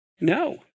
No